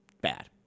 bad